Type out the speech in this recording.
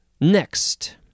Next